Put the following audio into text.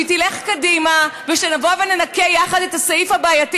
תלך קדימה ושנבוא וננקה יחד את הסעיף הבעייתי